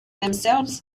themselves